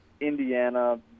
indiana